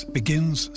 begins